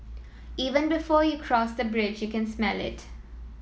even before you cross the bridge you can smell it